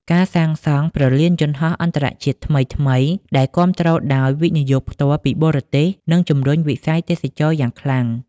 ការសាងសង់ព្រលានយន្តហោះអន្តរជាតិថ្មីៗ ដែលគាំទ្រដោយ វិនិយោគផ្ទាល់ពីបរទេស នឹងជម្រុញវិស័យទេសចរណ៍យ៉ាងខ្លាំង។